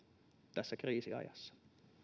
tässä kriisiajassa